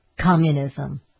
communism